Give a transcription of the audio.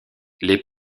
les